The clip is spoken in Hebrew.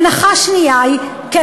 הנחה שנייה היא, לא.